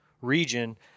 region